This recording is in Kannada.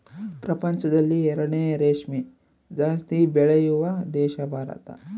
ಪ್ರಪಂಚದಲ್ಲಿ ಎರಡನೇ ರೇಷ್ಮೆ ಜಾಸ್ತಿ ಬೆಳೆಯುವ ದೇಶ ಭಾರತ